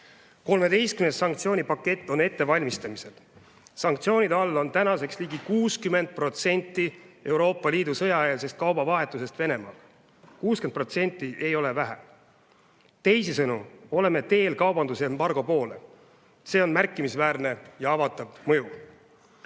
13. sanktsioonipakett on ettevalmistamisel. Sanktsioonide all on tänaseks ligi 60% Euroopa Liidu sõjaeelsest kaubavahetusest Venemaaga. Ja 60% ei ole vähe. Teisisõnu, oleme teel kaubandusembargo poole. See on märkimisväärne ja avaldab mõju.